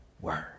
Word